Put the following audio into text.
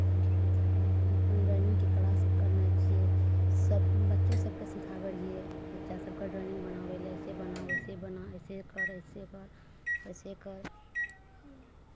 हम ड्राइंगके क्लास करने छियै तब बच्चो सभकेँ सिखाबै रहियै बच्चा सभकेँ ड्राइंग बनाबैलए अइसे बना ओइसे बना अइसे कर अइसे कर अइसे कर